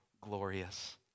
glorious